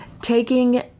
taking